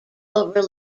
over